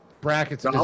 brackets